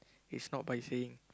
it's not by saying